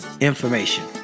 information